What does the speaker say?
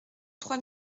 trois